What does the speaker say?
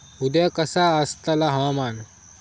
उद्या कसा आसतला हवामान?